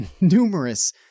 numerous